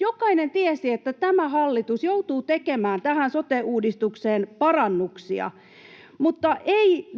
Jokainen tiesi, että tämä hallitus joutuu tekemään tähän sote-uudistukseen parannuksia. Ei